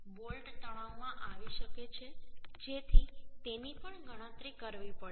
bolt તણાવમાં આવી શકે છે જેથી તેની પણ ગણતરી કરવી પડે